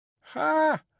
Ha